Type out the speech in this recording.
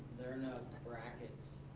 there are no brackets